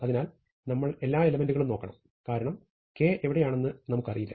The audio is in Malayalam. അതിനാൽ നമ്മൾ എല്ലാ എലെമെന്റുകളും നോക്കണം കാരണം K എവിടെയാണെന്ന് നമുക്ക് അറിയില്ല